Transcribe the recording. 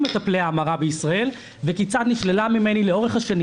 מטפלי ההמרה בישראל וכיצד נשללה ממני לאורך השנים